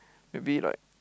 maybe like